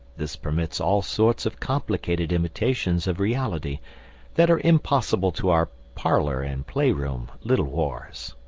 this permits all sorts of complicated imitations of reality that are impossible to our parlour and playroom little wars.